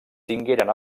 tingueren